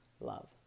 love